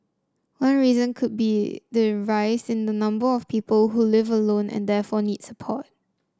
one reason could be the rise in the number of people who live alone and therefore needs support